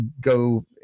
go